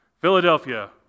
Philadelphia